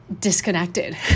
disconnected